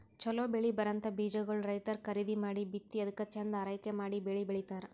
ಛಲೋ ಬೆಳಿ ಬರಂಥ ಬೀಜಾಗೋಳ್ ರೈತರ್ ಖರೀದಿ ಮಾಡಿ ಬಿತ್ತಿ ಅದ್ಕ ಚಂದ್ ಆರೈಕೆ ಮಾಡಿ ಬೆಳಿ ಬೆಳಿತಾರ್